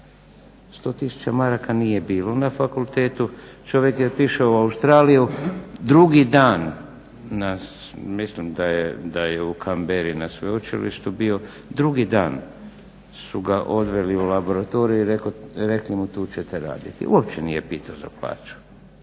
100000 maraka nije bilo na fakultetu. Čovjek je otišao u Australiju. Drugi dan mislim da je u Cambery na sveučilištu bio, drugi dan su ga odveli u laboratorij i rekli mu tu ćete raditi. Uopće nije pitao za plaću.